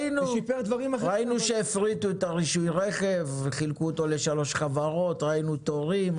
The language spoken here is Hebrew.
אחרי שהפריטו את רישוי הרכב וחילקו אותו לשלוש חברות ראינו תורים,